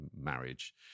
marriage